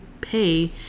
pay